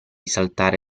saltare